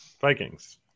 Vikings